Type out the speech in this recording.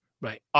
right